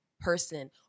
person